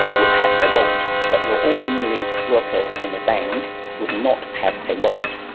would have a vote. but your ordinary workers in the bank would not have a vote.